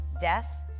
death